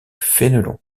fénelon